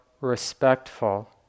respectful